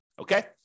Okay